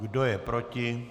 Kdo je proti?